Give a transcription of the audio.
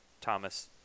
Thomas